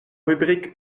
rubrique